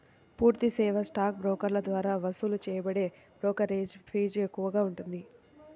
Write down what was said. పూర్తి సేవా స్టాక్ బ్రోకర్ల ద్వారా వసూలు చేయబడే బ్రోకరేజీ ఫీజు ఎక్కువగా ఉంటుంది